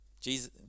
Jesus